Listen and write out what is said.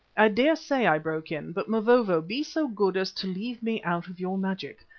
i daresay, i broke in, but, mavovo, be so good as to leave me out of your magic,